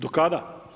Do kada?